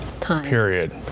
period